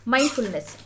Mindfulness